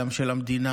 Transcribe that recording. גם של המדינה,